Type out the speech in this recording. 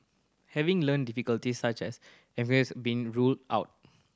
have learning difficulties such as dyslexia been ruled out